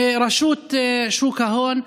מרשות שוק ההון,